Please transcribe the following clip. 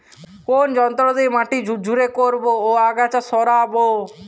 কোন যন্ত্র দিয়ে মাটি ঝুরঝুরে করব ও আগাছা সরাবো?